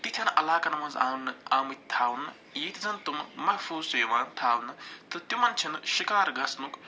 تِتھٮ۪ن علاقن منٛز آمنہٕ آمٕتۍ تھاونہٕ ییٚتہِ زن تِمہٕ محفوٗظ چھِ یِوان تھاونہٕ تہٕ تِمن چھِنہٕ شِکار گژھنُک